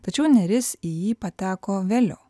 tačiau neris į jį pateko vėliau